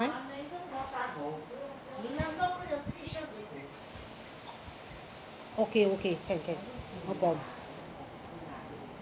okay okay can can no problem